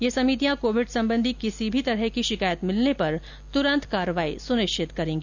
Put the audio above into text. ये समितियां कोविड संबंधी किसी भी प्रकार की शिकायत मिलने पर तुरन्त कार्रवाई सुनिश्चित करेंगी